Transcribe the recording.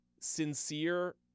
sincere